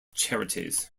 charities